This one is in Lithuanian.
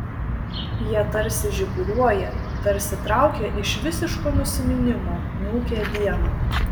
jie tarsi žiburiuoja tarsi traukia iš visiško nusiminimo niūkią dieną